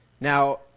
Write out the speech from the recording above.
Now